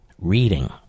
reading